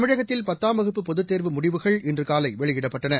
தமிழகத்தில் பத்தாம் வகுப்பு பொதுத் தேர்வு முடிவுகள் இன்றுகாலைவெளியிடப்பட்டன